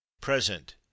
present